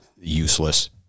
useless